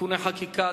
(תיקוני חקיקה),